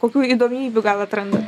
kokių įdomybių gal atrandat